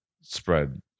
spread